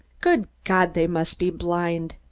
good god, they must be blind!